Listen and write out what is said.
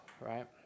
right